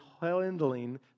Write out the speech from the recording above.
handling